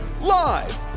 Live